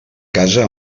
casa